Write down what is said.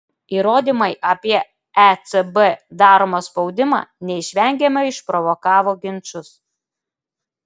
įrodymai apie ecb daromą spaudimą neišvengiamai išprovokavo ginčus